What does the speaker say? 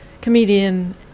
comedian